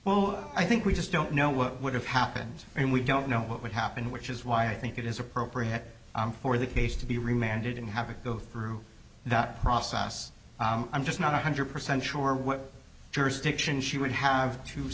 well i think we just don't know what would have happened and we don't know what would happen which is why i think it is appropriate for the case to be remanded and have to go through that process i'm just not one hundred percent sure what jurisdiction she would have to